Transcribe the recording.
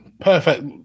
perfect